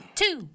two